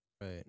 Right